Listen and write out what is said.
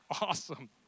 awesome